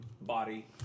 body